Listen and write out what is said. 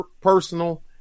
personal